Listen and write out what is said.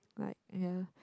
like ya